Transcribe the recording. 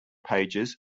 pages